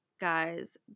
Guys